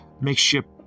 makeshift